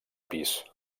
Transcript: pis